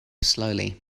slowly